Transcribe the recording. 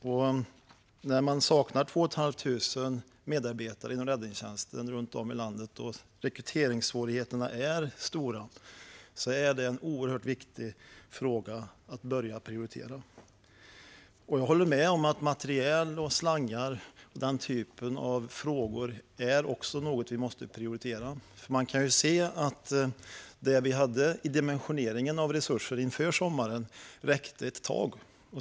Att man saknar 2 500 medarbetare inom räddningstjänsten runt om i landet och att rekryteringssvårigheterna är stora är oerhört viktiga frågor att börja prioritera. Jag håller med om att tillgången till materiel och slangar och den typen av frågor också är något som vi måste prioritera. Det vi hade i dimensioneringen av resurser inför sommaren räckte ett tag.